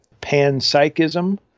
panpsychism